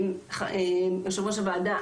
יושבת-ראש הוועדה,